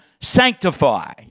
Sanctify